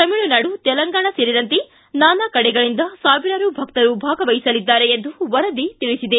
ತಮಿಳುನಾಡು ತೆಲಂಗಾಣ ಸೇರಿದಂತೆ ನಾನಾ ಕಡೆಗಳಿಂದ ಸಾವಿರಾರು ಭಕ್ತರು ಭಾಗವಹಿಸಲಿದ್ದಾರೆ ಎಂದು ವರದಿ ತಿಳಿಸಿದೆ